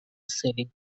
sailing